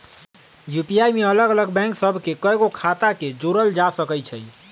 UPI में अलग अलग बैंक सभ के कएगो खता के जोड़ल जा सकइ छै